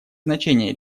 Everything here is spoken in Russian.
значение